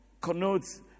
connotes